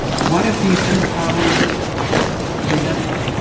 what if these two powers unite?